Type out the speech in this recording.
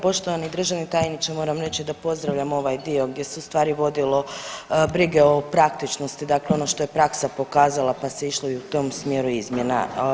Poštovani državni tajniče moram reći da pozdravljam ovaj dio gdje se u stvari vodilo brige o praktičnosti dakle ono što je praksa pokazala pa se išlo i u tom smjeru izmjena.